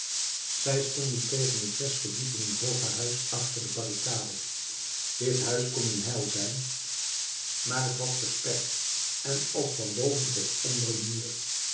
zij stonden tegen het zes verdiepingen hooge huis achter de barricade dit huis kon hun heil zijn maar het was versperd en als van boven tot onder een muur